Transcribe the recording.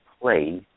play